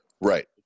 Right